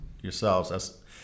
yourselves